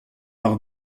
par